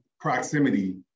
proximity